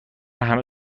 همه